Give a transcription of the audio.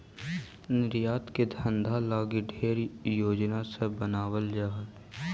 निर्यात के धंधा लागी ढेर योजना सब बनाबल जा हई